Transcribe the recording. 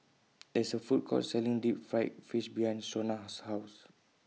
There IS A Food Court Selling Deep Fried Fish behind Shona's House